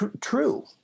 true